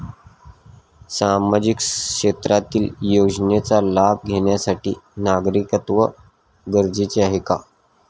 सामाजिक क्षेत्रातील योजनेचा लाभ घेण्यासाठी नागरिकत्व गरजेचे आहे का?